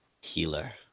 healer